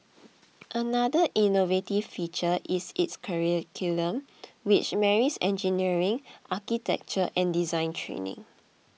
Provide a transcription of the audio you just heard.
another innovative feature is its curriculum which marries engineering architecture and design training